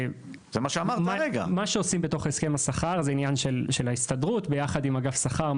מה שעושים בתוך הסכם השכר זה עניין של ההסתדרות יחד עם אגף שכר,